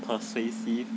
persuasive